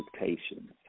expectations